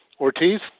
Ortiz